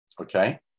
okay